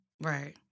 Right